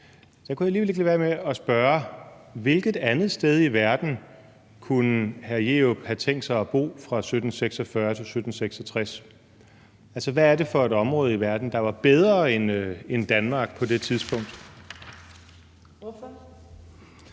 V kan jeg alligevel ikke lade være med at spørge: Hvilket andet sted i verden kunne hr. Bruno Jerup have tænkt sig at bo fra 1746-1766? Altså, hvad var det for et område i verden, der var bedre end Danmark på det tidspunkt? Kl.